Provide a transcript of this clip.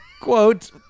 Quote